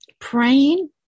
praying